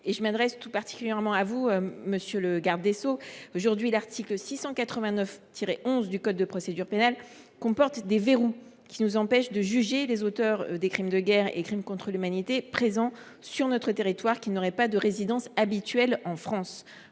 Je m’adresse tout particulièrement à vous, monsieur le garde des sceaux : aujourd’hui, l’article 689 11 du code de procédure pénale comporte des verrous qui nous empêchent de juger les auteurs de tels crimes présents sur notre territoire, mais qui n’auraient pas de résidence habituelle en France.